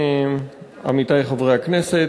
עמיתי חברי הכנסת,